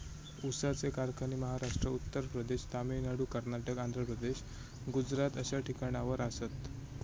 ऊसाचे कारखाने महाराष्ट्र, उत्तर प्रदेश, तामिळनाडू, कर्नाटक, आंध्र प्रदेश, गुजरात अश्या ठिकाणावर आसात